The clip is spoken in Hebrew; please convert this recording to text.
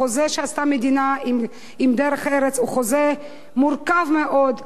החוזה שעשתה המדינה עם "דרך ארץ" הוא חוזה מורכב מאוד,